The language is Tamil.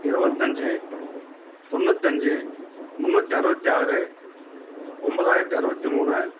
இருபத்தஞ்சி தொண்ணூத்தஞ்சு முந்நூற்றி அறுபத்தி ஆறு ஒம்போதாயிரத்தி அறுபத்தி மூணு